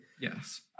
Yes